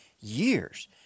years